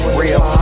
real